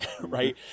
right